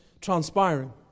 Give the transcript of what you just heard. transpiring